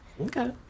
Okay